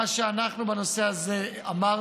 מה שאנחנו אמרנו,